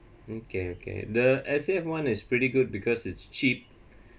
okay okay the S_A_F [one] is pretty good because it's cheap